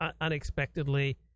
unexpectedly